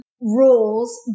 rules